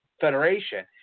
Federation